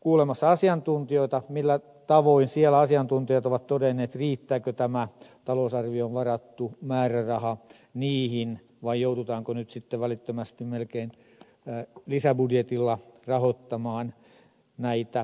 kuulemassa asiantuntijoita millä tavoin siellä asiantuntijat ovat todenneet riittääkö tämä talousarvioon varattu määräraha niihin vai joudutaanko nyt sitten välittömästi melkein lisäbudjetilla rahoittamaan näitä asioita